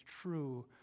true